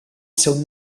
seu